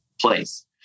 place